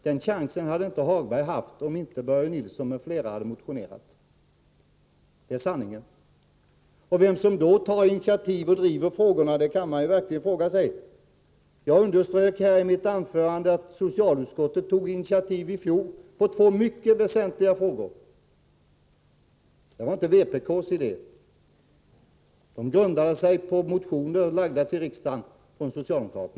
Den chansen hade inte Hagberg haft om inte Börje Nilsson m.fl. hade motionerat — det är sanningen. Vem som tar initiativ och verkligen driver frågorna kan man mot den bakgrunden verkligen fråga sig. Jag underströk i mitt anförande att socialutskottet i fjol tog initiativ när det gällde två mycket väsentliga frågor — det var inte vpk:s idé. De grundades på motioner till riksdagen, väckta av socialdemokrater.